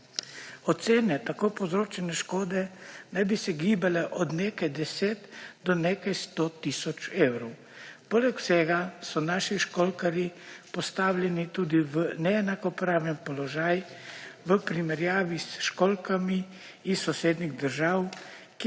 Ocene tako povzročene škode naj bi se gibale od nekaj deset do nekaj sto tisoč evrov. Poleg vsega so naši školjkarji postavljeni tudi v neenakopraven položaj v primerjavi s školjkami iz sosednjih držav,